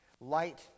Light